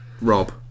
Rob